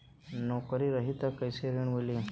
नौकरी रही त कैसे ऋण मिली?